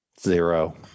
Zero